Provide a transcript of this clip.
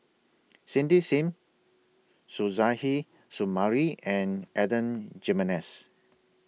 Cindy SIM Suzairhe Sumari and Adan Jimenez